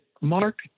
Mark